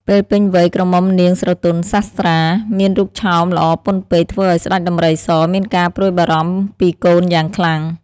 ពេលពេញវ័យក្រមុំនាងស្រទន់សាស្ត្រាមានរូបឆោមល្អពន់ពេកធ្វើឱ្យស្តេចដំរីស មានការព្រួយបារម្ភពីកូនយ៉ាងខ្លាំង ។